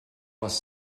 was